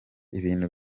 ibintu